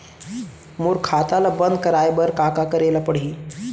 मोर खाता ल बन्द कराये बर का का करे ल पड़ही?